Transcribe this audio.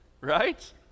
right